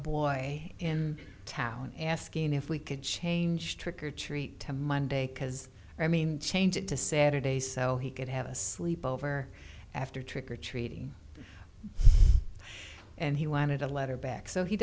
boy in town asking if we could change trick or treat to monday because i mean change it to saturday so he could have a sleep over after trick or treating and he wanted a letter back so he